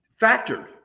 factored